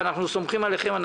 אנחנו סומכים עליכם.